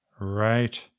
Right